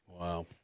wow